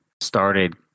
started